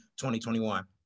2021